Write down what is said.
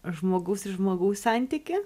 žmogaus ir žmogaus santykį